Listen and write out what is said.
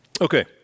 Okay